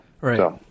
right